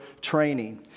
training